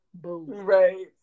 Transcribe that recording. Right